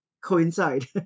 coincide